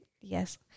Yes